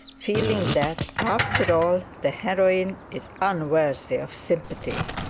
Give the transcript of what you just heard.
feeling that, after all, the heroine is unworthy of sympathy.